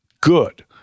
Good